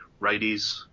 righties